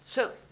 so,